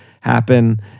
happen